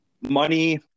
Money